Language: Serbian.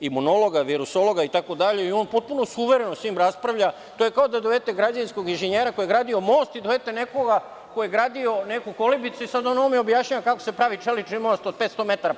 imunologa, virusologa i tako dalje i on potpuno samouvereno sa njim raspravlja, a to je kao da dovedete građevinskog inžinjera koji je gradio most i dovedete nekoga ko je gradio neku kolibicu i sada on objašnjava kako se pravi čelični most od 500 metara.